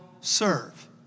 serve